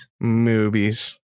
Movies